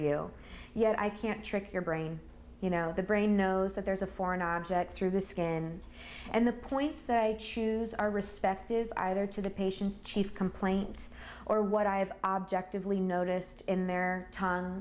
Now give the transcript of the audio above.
you yet i can't trick your brain you know the brain knows that there's a foreign object through the skin and the points that i choose our respective either to the patients chief complaint or what i have objectively noticed in their t